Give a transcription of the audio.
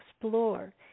explore